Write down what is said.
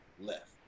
left